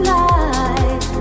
light